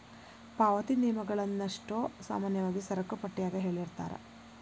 ಪಾವತಿ ನಿಯಮಗಳನ್ನಷ್ಟೋ ಸಾಮಾನ್ಯವಾಗಿ ಸರಕುಪಟ್ಯಾಗ ಹೇಳಿರ್ತಾರ